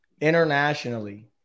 internationally